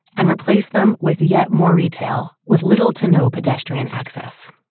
and replace them with yet more retail, with little to no pedestrian access.